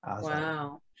Wow